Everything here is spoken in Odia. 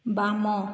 ବାମ